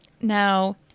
Now